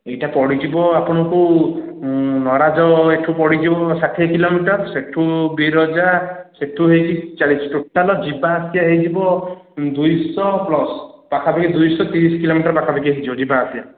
ଏଇଟା ପଡ଼ିଯିବ ଆପଣଙ୍କୁ ନରାଜ ଏଇଠୁ ପଡ଼ିଯିବ ଷାଠିଏ କିଲୋମିଟର ସେଇଠୁ ବିରଜା ସେଇଠୁ ହେଇକି ଚାଳିଶ ଟୋଟାଲ୍ ଯିବା ଆସିବା ହେଇଯିବ ଦୁଇଶହ ପ୍ଲସ୍ ପାଖାପାଖି ଦୁଇଶ ତିରିଶ କିଲୋମିଟର ପାଖାପାଖି ହେଇଯିବ ଯିବା ଆସିବା